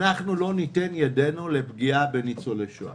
שלא ניתן את ידינו לפגיעה בניצולי שואה.